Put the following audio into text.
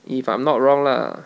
if I'm not wrong lah